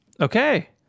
Okay